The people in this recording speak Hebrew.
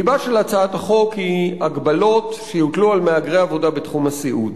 לבה של הצעת החוק הוא הגבלות שיוטלו על מהגרי עבודה בתחום הסיעוד.